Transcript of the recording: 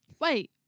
Wait